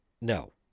No